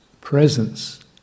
presence